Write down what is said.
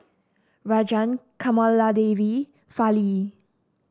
Rajan Kamaladevi Fali